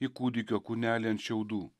į kūdikio kūnelį ant šiaudų